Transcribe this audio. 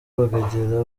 bahagera